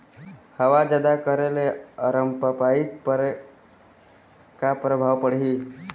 हवा जादा करे ले अरमपपई पर का परभाव पड़िही?